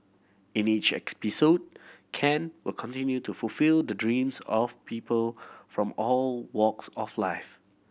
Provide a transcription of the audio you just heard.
in each Ken will continue to fulfil the dreams of people from all walks of life